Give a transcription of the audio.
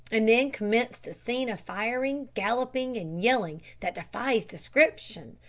and then commenced a scene of firing, galloping, and yelling, that defies description!